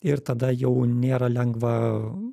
ir tada jau nėra lengva